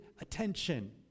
attention